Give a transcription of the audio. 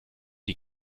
die